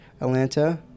Atlanta